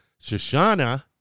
Shoshana